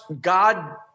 God